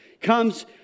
comes